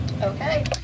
Okay